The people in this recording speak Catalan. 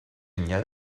enllà